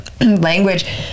language